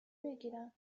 بگیرم